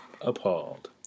appalled